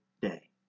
day